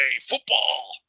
football